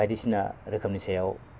बायदिसिना रोखोमनि सायाव